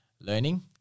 learning